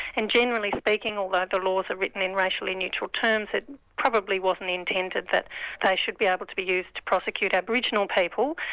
and generally speaking, although the laws are written in racially neutral terms, it probably wasn't intended that they should be able to be used to prosecute aboriginal people.